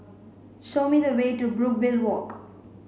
show me the way to Brookvale Walk